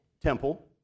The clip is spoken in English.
temple